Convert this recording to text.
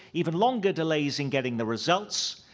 even longer delays in getting the results,